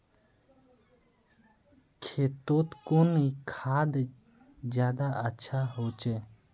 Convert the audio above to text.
खेतोत कुन खाद ज्यादा अच्छा होचे?